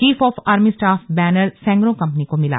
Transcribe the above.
chief of army staff बैनर सैंगरो company को मिला